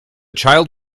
child